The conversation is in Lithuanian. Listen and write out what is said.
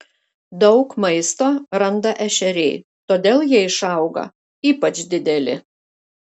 daug maisto randa ešeriai todėl jie išauga ypač dideli